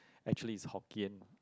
actually is Hokkien